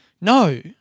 No